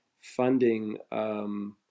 funding